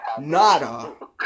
Nada